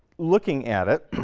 looking at it,